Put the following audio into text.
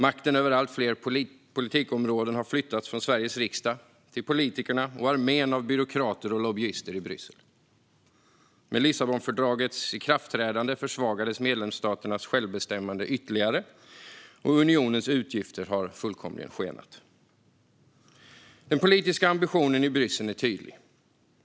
Makten över allt fler politikområden har flyttats från Sveriges riksdag till politikerna och armén av byråkrater och lobbyister i Bryssel. Med Lissabonfördragets ikraftträdande försvagades medlemsstaternas självbestämmande ytterligare, och unionens utgifter har fullkomligen skenat. Den politiska ambitionen i Bryssel är tydlig.